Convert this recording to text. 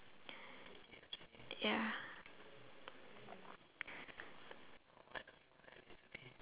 yeah